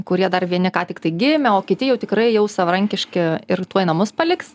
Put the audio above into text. kurie dar vieni ką tik gimę o kiti jau tikrai jau savarankiški ir tuoj namus paliks